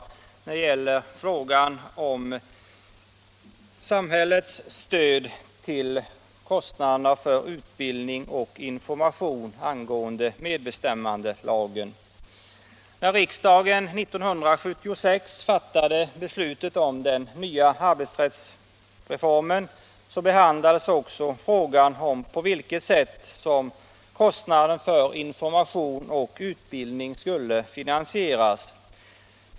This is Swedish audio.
Reservationen gäller frågan om samhällets stöd till kostnaderna för utbildning och information angående medbestämmandelagen. När riksdagen 1976 fattade beslut om den nya arbetsrättsreformen behandlades också frågan om på vilket sätt kostnaderna för information och utbildning skulle finansieras.